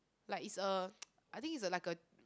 like it's a I think it's a like a